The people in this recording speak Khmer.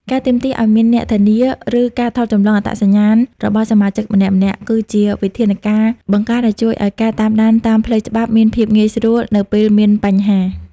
ការទាមទារឱ្យមាន "អ្នកធានា" ឬការថតចម្លងអត្តសញ្ញាណប័ណ្ណរបស់សមាជិកម្នាក់ៗ គឺជាវិធានការបង្ការដែលជួយឱ្យការតាមដានតាមផ្លូវច្បាប់មានភាពងាយស្រួលនៅពេលមានបញ្ហា។